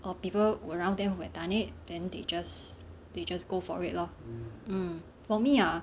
or people around them who had done it then they just they just go for it lor for me ah